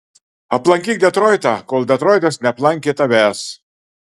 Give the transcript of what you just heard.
aplankyk detroitą kol detroitas neaplankė tavęs